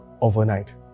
overnight